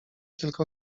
tylko